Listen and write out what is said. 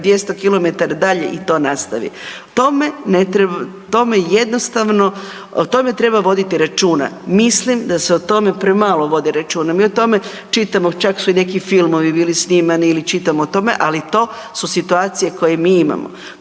200 km dalje i to nastavi. Tome jednostavno o tome treba voditi računa. Mislim da se o tome premalo vodi računa. Mi o tome čitamo, čak su i neki filmovi bili snimani ili čitamo o tome. Ali to su situacije koje mi imamo.